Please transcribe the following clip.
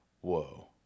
Whoa